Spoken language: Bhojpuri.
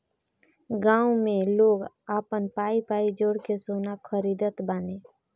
गांव में लोग आपन पाई पाई जोड़ के सोना खरीदत बाने